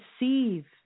receive